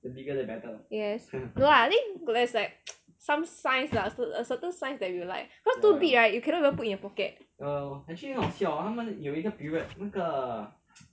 yes no lah I think there's like some science lah a cert~ certain science that you will like cause too big right you also cannot put in your pocket